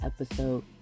episode